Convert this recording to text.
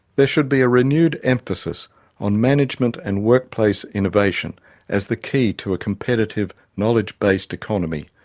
there should be a renewed emphasis on management and workplace innovation as the key to a competitive, knowledge-based economy.